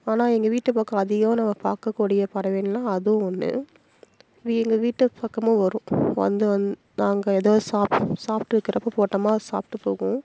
ஆனால் எங்கள் வீட்டு பக்கம் அதிகமாக நாங்கள் பார்க்கக்கூடிய பறவைகள்னா அதுவும் ஒன்று எங்கள் வீட்டு பக்கமும் வரும் வந்து நாங்கள் ஏதாவது சாப்பிட்டு இருக்கிறப்ப போட்டோனா அது சாப்பிட்டு போகும்